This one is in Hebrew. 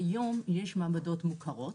היום יש מעבדות מוכרות